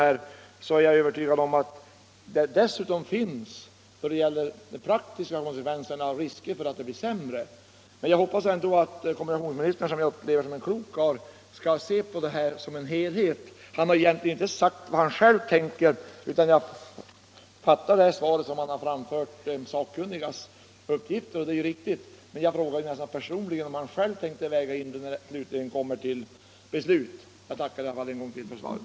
Dessutom är jag övertygad om att det nu finns risk för att trafiken där uppe blir försämrad, men Jag hoppas ändå att kommunikationsministern, som jag betraktar som en klok karl, skall se på allt detta som en helhet. Han har egentligen inte sagt vad han själv tänker om saken, utan jag fattar det svar som han har lämnat som de sakkunnigas uppgifter. Jag vill fråga honom hur han personligen vill väga in de olika omständigheterna när det slutligen kommer till ett beslut. Jag tackar ännu en gång för svaret.